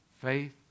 Faith